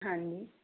ਹਾਂਜੀ